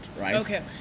Okay